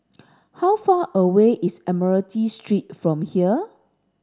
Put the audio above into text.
how far away is Admiralty Street from here